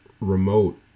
remote